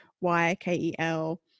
Y-K-E-L